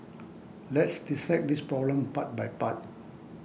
let's dissect this problem part by part